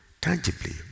tangibly